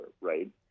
right